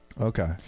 Okay